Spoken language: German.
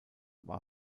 war